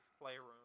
Playroom